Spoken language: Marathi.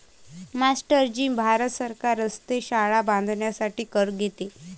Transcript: मास्टर जी भारत सरकार रस्ते, शाळा बांधण्यासाठी कर घेते